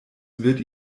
wird